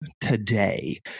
today